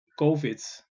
COVID